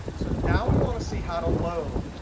so now we want to see how to load.